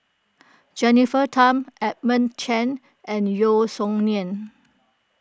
Jennifer Tham Edmund Chen and Yeo Song Nian